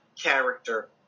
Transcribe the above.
character